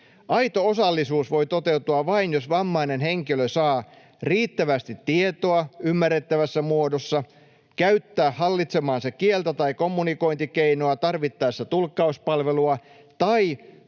Aito osallisuus voi toteutua vain, jos vammainen henkilö saa riittävästi tietoa ymmärrettävässä muodossa, saa käyttää hallitsemaansa kieltä tai kommunikointikeinoa, tarvittaessa tulkkauspalvelua, tai saa tukea